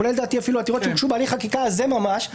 כולל אפילו עתירות שהוגשו בהליך החקיקה הזה ממש,